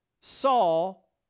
Saul